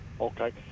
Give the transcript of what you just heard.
Okay